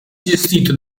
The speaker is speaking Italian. gestito